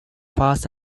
fast